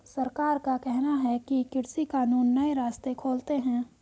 सरकार का कहना है कि कृषि कानून नए रास्ते खोलते है